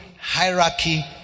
hierarchy